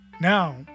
now